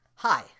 Hi